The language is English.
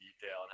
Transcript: detail